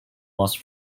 was